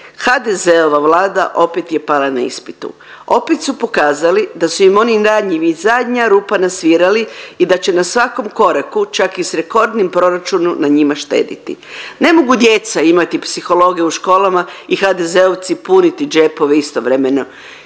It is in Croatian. HDZ-ova Vlada opet je pala na ispitu. Opet su pokazali da su im oni ranjivi zadnja rupa na svirali i da će na svakom koraku čak i s rekordnim proračunom na njima štediti. Ne mogu djeca imati psihologe u školama i HDZ-ovci puniti džepove istovremeno.